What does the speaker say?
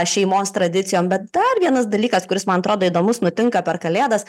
šeimos tradicijom bet dar vienas dalykas kuris man atrodo įdomus nutinka per kalėdas